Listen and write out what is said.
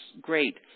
great